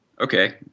Okay